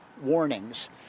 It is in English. warnings